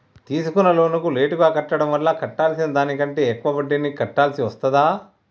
తీసుకున్న లోనును లేటుగా కట్టడం వల్ల కట్టాల్సిన దానికంటే ఎక్కువ వడ్డీని కట్టాల్సి వస్తదా?